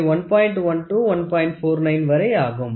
49 வரையாகும்